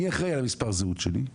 מי אחראי על מספר הזהות שלי?